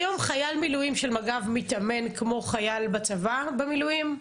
היום חייל מילואים של מג"ב מתאמן כמו חייל בצבא במילואים?